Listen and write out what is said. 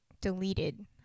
deleted